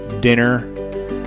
dinner